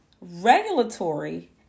Regulatory